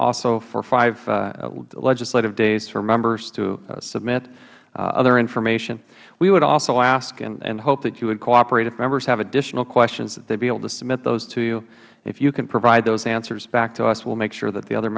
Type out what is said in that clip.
also for five legislative days for members to submit other information we would also ask and hope that you would cooperate if members have additional questions that they be able to submit those to you if you can provide those answers back to us we will make sure that the other